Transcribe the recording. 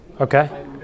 Okay